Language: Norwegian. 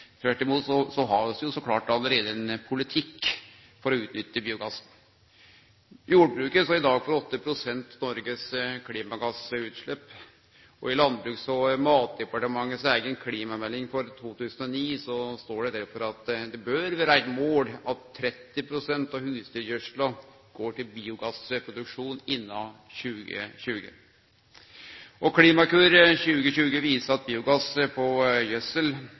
Tvert imot har vi allereie ein politikk for å utnytte biogass. Jordbruket står i dag for 8 pst. av Noregs klimagassutslepp. I Landbruks- og matdepartementet si eiga klimamelding for 2009 står det at det bør vere eit mål at 30 pst. av husdyrgjødsla går til biogassproduksjon innan 2020. Klimakur 2020 viser at biogass, basert på gjødsel,